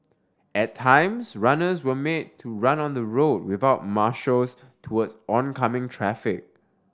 at times runners were made to run on the road without marshals towards oncoming traffic